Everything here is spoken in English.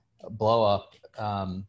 blow-up